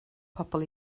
pobl